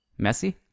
Messi